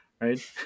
right